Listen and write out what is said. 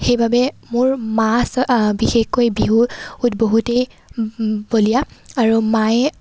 সেইবাবে মোৰ মা বিশেষকৈ বিহু বহুতেই বলিয়া আৰু মায়ে